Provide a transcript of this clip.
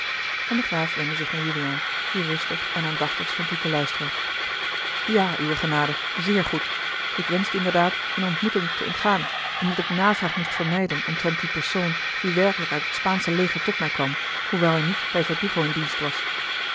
en de graaf wendde zich naar juliaan die rustig en aandachtig stond toe te luisteren ja uwe genade zeer goed ik wenschte inderdaad eene ontmoeting te ontgaan omdat ik navraag moest vermijden oussaint e omtrent dien persoon die werkelijk uit het spaansche leger tot mij kwam hoewel hij niet bij verdugo in dienst was